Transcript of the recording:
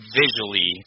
visually